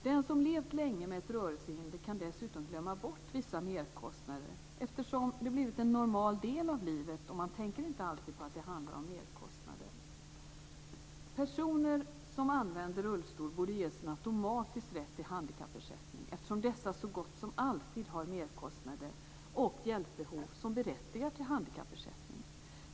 Den som levt länge med ett rörelsehinder kan dessutom glömma bort vissa merkostnader, eftersom de blivit en normal del av livet och man inte alltid tänker på att det handlar om merkostnader. Personer som använder rullstol borde ges automatisk rätt till handikappersättning, eftersom de så gott som alltid har merkostnader och hjälpbehov som berättigar till handikappersättning.